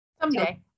someday